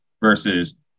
versus